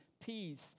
peace